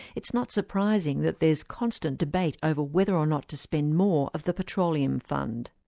it's not surprising that there's constant debate over whether or not to spend more of the petroleum fund.